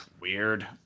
Weird